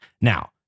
Now